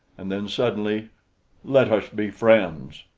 and then, suddenly let us be friends!